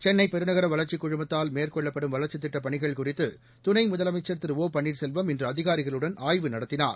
சென்னை பெருநகர வளர்ச்சிக் குழுமத்தால் மேற்கொள்ளப்படும் வளர்ச்சித் திட்டப் பணிகள் குறித்து துணை முதலமைச்ச் திரு ஒ பன்னீர்செல்வம் இன்று அதிகாரிகளுடன் ஆய்வு நடத்தினார்